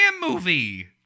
movie